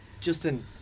Justin